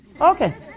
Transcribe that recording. Okay